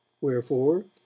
Wherefore